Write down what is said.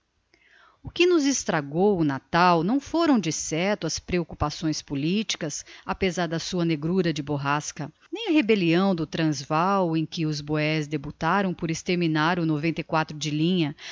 o que nos estragou o natal não fôram decerto as preoccupações politicas apesar da sua negrura de borrasca nem a rebellião do transvaal em que os boeres debutaram por exterminar o no de linha